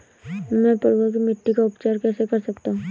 मैं पडुआ की मिट्टी का उपचार कैसे कर सकता हूँ?